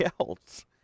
else